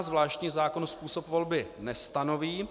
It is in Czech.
Zvláštní zákon způsob volby nestanoví.